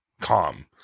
calm